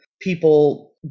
people